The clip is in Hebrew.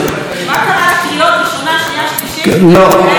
חברת הכנסת תמר זנדברג, נא לצאת.